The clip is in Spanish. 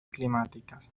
climáticas